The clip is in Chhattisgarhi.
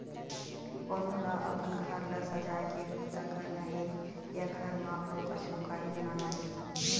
कोनो ल अपन घर ल सजाए के बूता करना हे या घर म अउ कछु काही बनाना हे